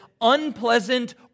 unpleasant